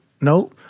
no